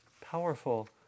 powerful